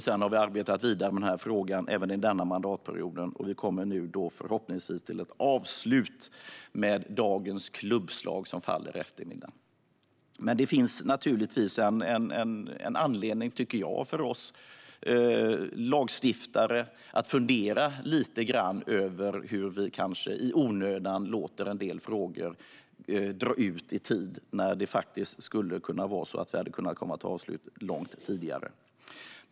Sedan har vi arbetat vidare med denna fråga även under denna mandatperiod, och vi kommer förhoppningsvis till ett avslut i och med voteringen i eftermiddag. Jag anser att det finns anledning för oss lagstiftare att fundera lite grann över hur vi kanske i onödan låter en del frågor dra ut över tid, när vi faktiskt hade kunnat komma till ett avslut långt tidigare.